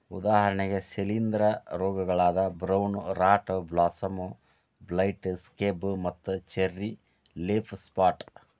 ಉದಾಹರಣೆಗೆ ಶಿಲೇಂಧ್ರ ರೋಗಗಳಾದ brown rot blossom blight, scab ಮತ್ತು ಚೆರ್ರಿ ಲೇಫ್ ಸ್ಪಾಟ್